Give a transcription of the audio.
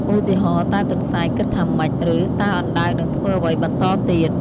ឧទាហរណ៍ តើទន្សាយគិតថាម៉េច? ឬ តើអណ្ដើកនឹងធ្វើអ្វីបន្តទៀត?។